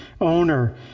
owner